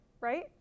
right